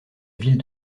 ville